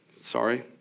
sorry